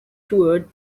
toured